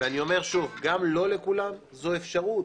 ושוב - גם לא לכולם זו אפשרות.